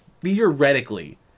theoretically